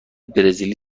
برزیلی